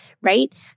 Right